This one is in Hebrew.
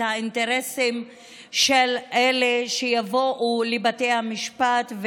את האינטרסים של אלה שיבואו לבתי המשפט,